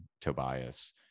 Tobias